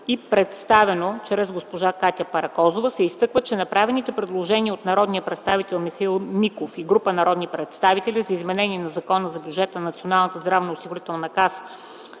и представено чрез госпожа Катя Паракозова се изтъква, че направените предложения от народния представител Михаил Миков и група народни представители за изменение на Закона за бюджета на НЗОК за 2010 г. са въпрос на